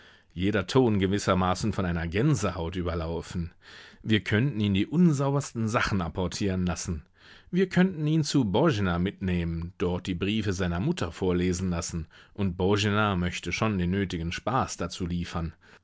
jeder ton gewissermaßen von einer gänsehaut überlaufen wir könnten ihn die unsaubersten sachen apportieren lassen wir könnten ihn zu boena mitnehmen dort die briefe seiner mutter vorlesen lassen und boena möchte schon den nötigen spaß dazu liefern